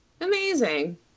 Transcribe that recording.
Amazing